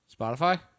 Spotify